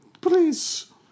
Please